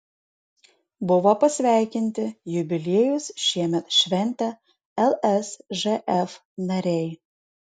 buvo pasveikinti jubiliejus šiemet šventę lsžf nariai